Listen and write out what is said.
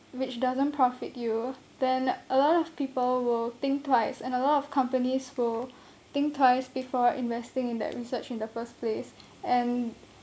which doesn't profit you then a lot of people will think twice and a lot of companies will think twice before investing in that research in the first place and